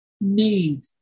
need